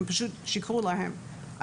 הם שיקרו להם.